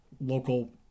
local